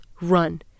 run